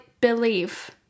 believe